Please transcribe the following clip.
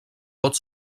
pot